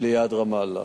ליד רמאללה.